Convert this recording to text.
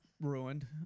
ruined